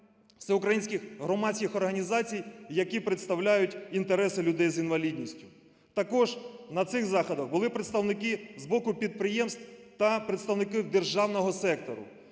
всеукраїнських громадських організацій, які представляють інтереси людей з інвалідністю. Також на цих заходах були представники з боку підприємств та представники державного сектору.